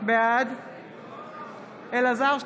בעד אלעזר שטרן,